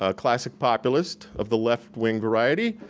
ah classic populist of the left-wing variety.